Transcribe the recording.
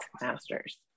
masters